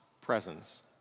presence